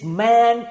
man